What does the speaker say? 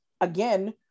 again